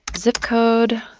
zip code.